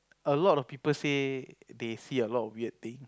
a lot of people say they see a lot of weird things